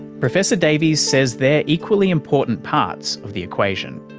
professor davies says they're equally important parts of the equation.